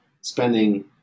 spending –